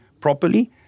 properly